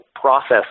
process